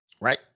Right